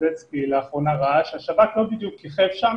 סדצקי לאחרונה ראה שהשב"כ לא בדיוק כיכב שם.